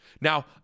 Now